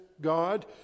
god